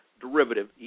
derivative